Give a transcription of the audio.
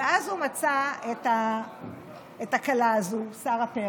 אז הוא מצא את הכלה הזאת, שרה פרל,